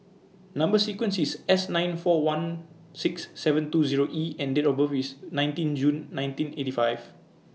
Number sequence IS S nine four one six seven two Zero E and Date of birth IS nineteen June nineteen eighty five